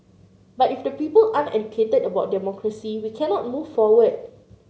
but if the people aren't educated about democracy we cannot move forward